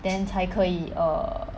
then 才可以 err